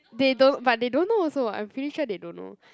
they don't but they don't know also I'm pretty sure they don't know